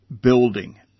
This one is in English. building